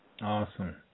Awesome